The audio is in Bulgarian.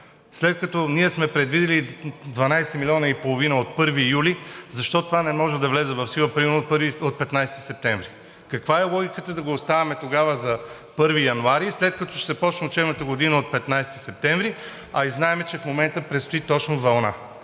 След като ние сме предвидили 12,5 милиона от 1 юли, защо това не може да влезе в сила примерно от 15 септември? Каква е логиката да го оставяме тогава за 1 януари, след като ще започне учебната година от 15 септември, а и знаем, че в момента предстои точно вълна?